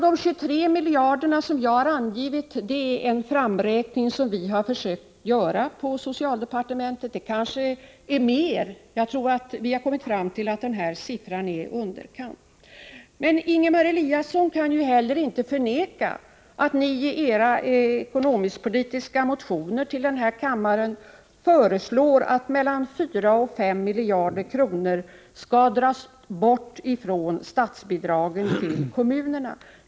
De 23 miljarder som jag har angivit är en framräkning som vi har försökt göra på socialdepartementet. Det är kanske fråga om mera pengar — vi har kommit fram till att denna summa är i underkant. Ingemar Eliasson kan inte förneka att folkpartiet i sina ekonomisk-politiska motioner till riksdagen föreslår att mellan 4 och 5 miljarder kronor skall dras bort från statsbidragen till kommunerna.